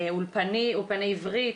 אולפני עברית,